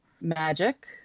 magic